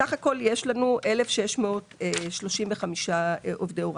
סך הכול יש לנו 1,635 עובדי הוראה.